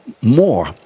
more